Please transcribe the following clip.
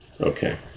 Okay